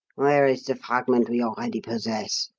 where is the fragment we already possess?